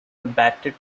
batted